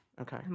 Okay